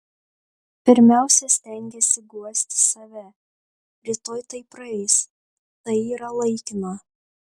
pirmiausia stengiesi guosti save rytoj tai praeis tai yra laikina